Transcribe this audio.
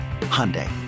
Hyundai